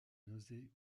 nausées